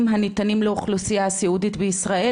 הניתנים לאוכלוסייה הסיעודית בישראל,